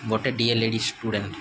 ଗୋଟେ ଡିଏ ladies student